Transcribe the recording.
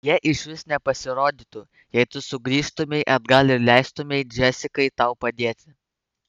jie išvis nepasirodytų jei tu sugrįžtumei atgal ir leistumei džesikai tau padėti